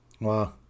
Wow